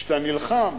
כשאתה נלחם